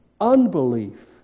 Unbelief